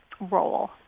role